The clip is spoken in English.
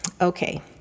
Okay